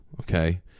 okay